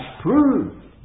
proved